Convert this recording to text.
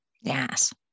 yes